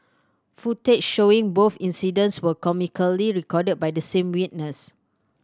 footage showing both incidents were comically recorded by the same witness